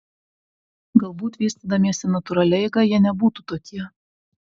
galbūt vystydamiesi natūralia eiga jie nebūtų tokie